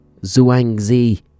Zhuangzi